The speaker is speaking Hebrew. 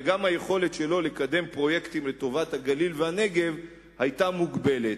וגם היכולת שלו לקדם פרויקטים לטובת הגליל והנגב היתה מוגבלת.